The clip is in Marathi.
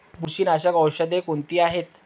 बुरशीनाशक औषधे कोणती आहेत?